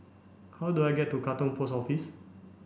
how do I get to Katong Post Office